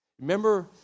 Remember